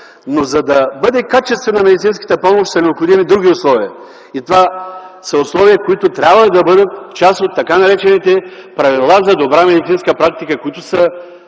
но за да бъде качествена медицинската помощ, са необходими други условия и това са условия, които трябва да бъдат част от така наречените правила за добра медицинска практика, които са